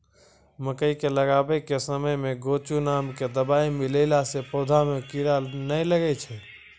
मकई के लगाबै के समय मे गोचु नाम के दवाई मिलैला से पौधा मे कीड़ा नैय लागै छै?